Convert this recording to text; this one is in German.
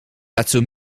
dazu